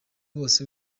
bose